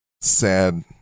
sad